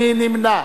מי נמנע?